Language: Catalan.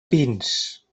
pins